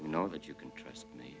you know that you can trust me